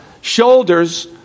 shoulders